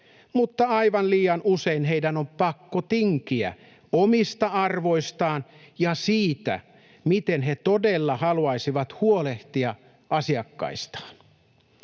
mutta aivan liian usein heidän on pakko tinkiä omista arvoistaan ja siitä, miten he todella haluaisivat huolehtia asiakkaistaan.